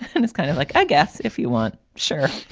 and it's kind of like, i guess if you want. sure.